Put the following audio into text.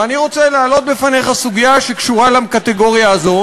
ואני רוצה להעלות בפניך סוגיה שקשורה לקטגוריה הזו,